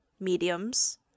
mediums